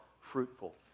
fruitful